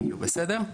בסדר?